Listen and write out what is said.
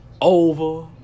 over